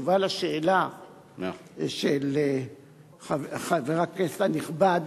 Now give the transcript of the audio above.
בתשובה לשאלה של חבר הכנסת הנכבד,